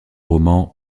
roman